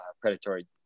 predatory